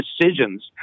decisions